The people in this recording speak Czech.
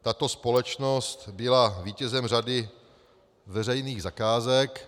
Tato společnost byla vítězem řady veřejných zakázek.